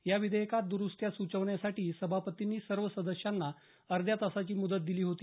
या विधेयकात दुरुस्त्या सुचवण्यासाठी सभापतींनी सर्व सदस्यांना अर्धा तासाची मुदत दिली होती